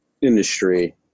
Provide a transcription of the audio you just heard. industry